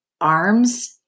arms